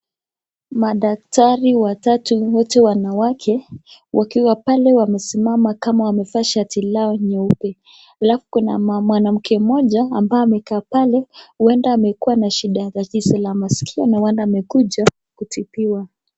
Madaktari watatu wote wanawake wakiwa pale wamesimama kama wamevaa shati lao nyeupe, alafu kuna mwanamke moja amekaa pale huenda amekuwa na shida ama tatizo la maskio amekuja kutibiwa .